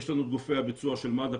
יש לנו את גופי הביצוע של מד"א,